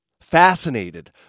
fascinated